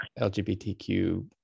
lgbtq